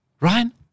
Ryan